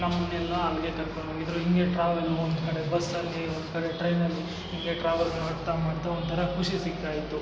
ನಮ್ಮನ್ನೆಲ್ಲಾ ಅಲ್ಲಿಗೆ ಕರ್ಕೊಂಡು ಹೋಗಿದ್ರು ಹೀಗೆ ಟ್ರಾವೆಲ್ ಒಂದುಕಡೆ ಬಸ್ಸಲ್ಲಿ ಒಂದುಕಡೆ ಟ್ರೈನಲ್ಲಿ ಹೀಗೆ ಟ್ರಾವೆಲ್ ಮಾಡ್ತಾ ಮಾಡ್ತಾ ಒಂಥರ ಖುಷಿ ಸಿಗ್ತಾಯಿತ್ತು